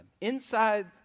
inside